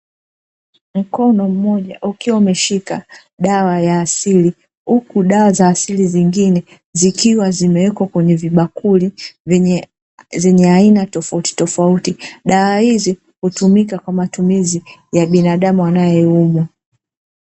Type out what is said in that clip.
Mkono mmoja ukiwa umeshika dawa ya asili, huku dawa za asili zingine zikiwa zimewekwa kwenye vibakuli, zenye aina tofautitofauti, dawa hizi hutumika kwa matumizi ya binadamu anae umwa.